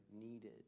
needed